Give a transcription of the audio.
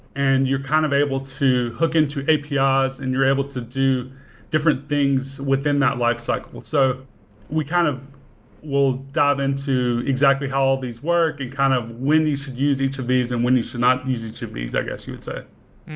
and you're kind of able to hook into apis ah and you're able to do different things within that lifecycle. so we kind of will dive into exactly how all these work and kind of when you should use each of these and when you should not use each of these, i guess you would say.